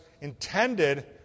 intended